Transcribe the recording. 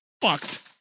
fucked